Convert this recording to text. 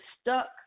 stuck